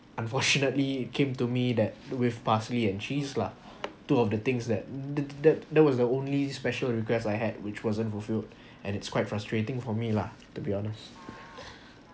unfortunately came to me that with parsley and cheese lah two of the things that that that that was the only special request I had which wasn't fulfilled and it's quite frustrating for me lah to be honest